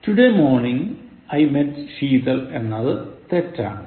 Today morning I met Sheetal എന്നത് തെറ്റാണ്